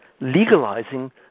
legalizing